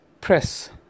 press